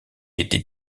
était